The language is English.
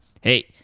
hey